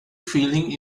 feeling